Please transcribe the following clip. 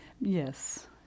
Yes